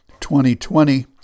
2020